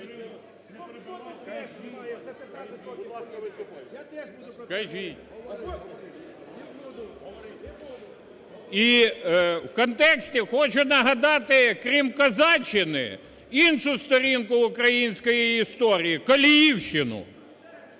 в контексті хочу нагадати. Крім козаччини, іншу сторінку української історії – Коліївщини,